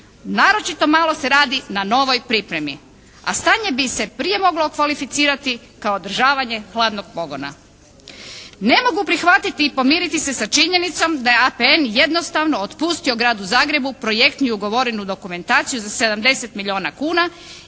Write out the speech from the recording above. Naročito malo se radi na novoj pripremi, a stanje bi se prije moglo okvalificirati kao održavanje hladnog pogona. Ne mogu prihvatiti i pomiriti se sa činjenicom da je APN jednostavno otpustio Gradu Zagrebu projektnu ugovorenu dokumentaciju za 70 milijona kuna